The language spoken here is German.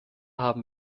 haben